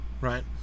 right